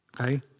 okay